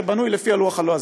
שבנויה לפי הלוח הלועזי.